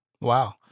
wow